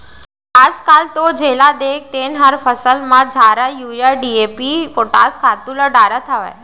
आजकाल तो जेला देख तेन हर फसल म झारा यूरिया, डी.ए.पी, पोटास खातू ल डारत हावय